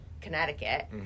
Connecticut